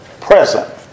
present